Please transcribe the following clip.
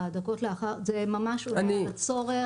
זה ממש הצורך